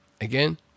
Again